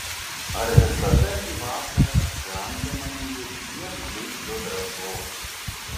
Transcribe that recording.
ar visada į vakarą atsiranda manyje tiek zuikio drąsos